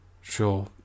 Sure